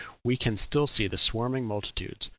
we can still see the swarming multitudes,